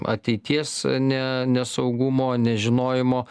ateities ne nesaugumo nežinojimo